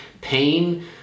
pain